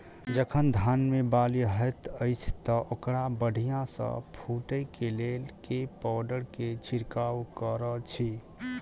जखन धान मे बाली हएत अछि तऽ ओकरा बढ़िया सँ फूटै केँ लेल केँ पावडर केँ छिरकाव करऽ छी?